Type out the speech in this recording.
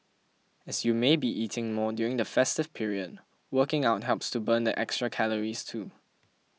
as you may be eating more during the festive period working out helps to burn the extra calories too